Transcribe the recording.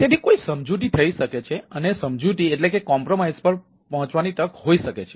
તેથી કોઈ સમજૂતી થઈ શકે છે અને સમજૂતી પર પહોંચવાની તક હોઈ શકે છે